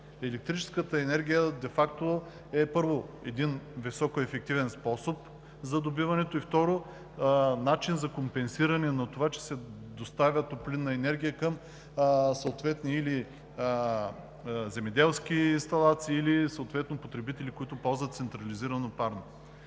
Електрическата енергия е високоефективен способ за добиването, и, второ, начин за компенсиране на това, че се доставя топлинна енергия към земеделски инсталации или потребители, които ползват централизирано парно.